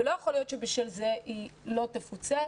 ולא יכול שבשל זה היא לא תפוצה.